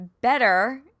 better